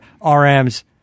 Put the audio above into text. RM's